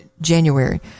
January